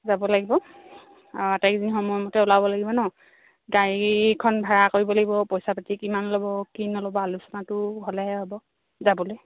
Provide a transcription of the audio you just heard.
যাব লাগিব আৰু আটাইকেইজনী সময় মতে ওলাব লাগিব ন গাড়ীখন ভাড়া কৰিব লাগিব পইচা পাতি কিমান ল'ব কি নল'ব আলোচনাটো হ'লেহে হ'ব যাবলৈ